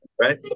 Right